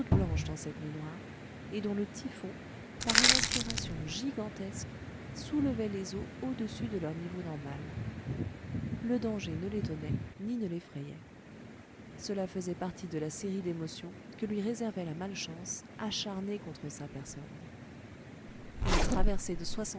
blanche dans cette nuit noire et dont le typhon par une aspiration gigantesque soulevait les eaux au-dessus de leur niveau normal le danger ne l'étonnait ni ne l'effrayait cela faisait partie de la série d'émotions que lui réservait la malchance acharnée contre sa personne une traversée de